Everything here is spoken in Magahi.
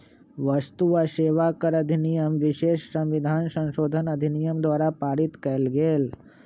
वस्तु आ सेवा कर अधिनियम विशेष संविधान संशोधन अधिनियम द्वारा पारित कएल गेल